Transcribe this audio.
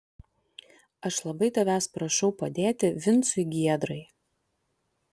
aš labai tavęs prašau padėti vincui giedrai